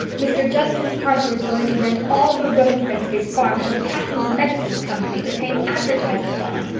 mr. judson parker is going to rent all the road fence of his farm to a patent medicine company to paint advertisements on.